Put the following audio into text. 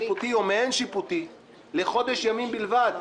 שיפוטי או מעין שיפוטי לחודש ימים בלבד,